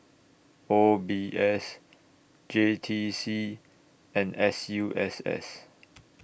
O B S J T C and S U S S